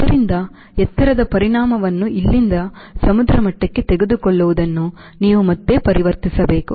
ಆದ್ದರಿಂದ ಎತ್ತರದ ಪರಿಣಾಮವನ್ನು ಇಲ್ಲಿಂದ ಸಮುದ್ರ ಮಟ್ಟಕ್ಕೆ ತೆಗೆದುಕೊಳ್ಳುವುದನ್ನು ನೀವು ಮತ್ತೆ ಪರಿವರ್ತಿಸಬೇಕು